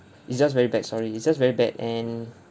it's just very bad sorry it's just very bad and